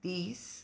तीस